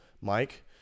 Mike